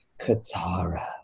Katara